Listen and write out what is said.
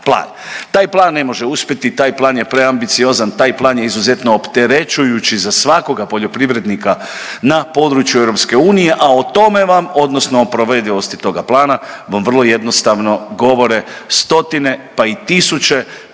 Taj plan ne može uspjeti, taj plan je preambiciozan, taj plan je izuzetno opterećujući za svakoga poljoprivrednika na području EU, a o tome vam odnosno o provedivosti toga plana, vam vrlo jednostavno govore stotine pa i tisuće